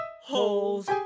holes